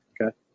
okay